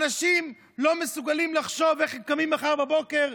אנשים לא מסוגלים לחשוב איך קמים מחר בבוקר,